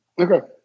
Okay